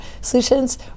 solutions